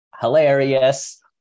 hilarious